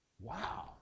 Wow